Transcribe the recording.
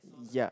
ya